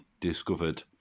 discovered